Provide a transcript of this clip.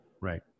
Right